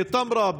בתמרה,